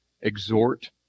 exhort